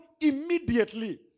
immediately